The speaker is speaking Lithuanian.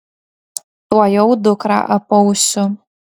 tuojau dukrą apausiu